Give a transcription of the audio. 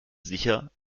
sicher